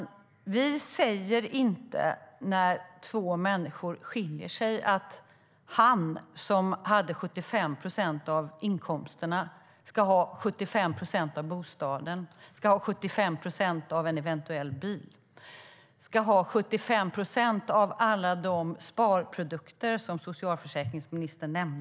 Vi säger inte när två människor skiljer sig att han som hade 75 procent av inkomsterna ska ha 75 procent av bostaden, 75 procent av en eventuell bil och 75 procent av alla de sparprodukter som socialförsäkringsministern nämnde.